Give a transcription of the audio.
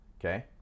Okay